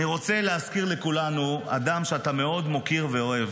אני רוצה להזכיר לכולנו אדם שאתה מאוד מוקיר ואוהב,